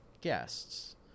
guests –